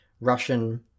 Russian